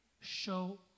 show